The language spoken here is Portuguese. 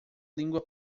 língua